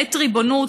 לעת ריבונות,